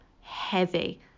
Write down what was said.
heavy